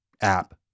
app